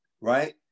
right